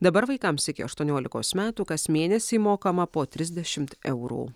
dabar vaikams iki aštuoniolikos metų kas mėnesį mokama po trisdešimt eurų